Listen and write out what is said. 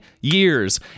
years